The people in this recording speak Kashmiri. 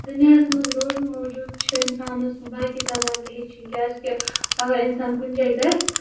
دُنیاہَس مَنز روزنہٕ موٗجوٗب چھِ اِنسانِس باقٕے زبانہٕ تہِ ہیچھِنۍ کیازِ کہِ اگر اِنسان کُنہِ جایہِ گَژھِ